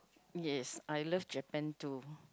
yes I love Japan too